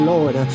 Lord